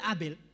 Abel